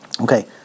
Okay